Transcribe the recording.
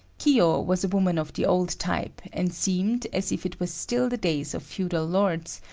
kiyo was a woman of the old type, and seemed, as if it was still the days of feudal lords,